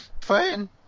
fighting